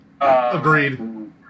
Agreed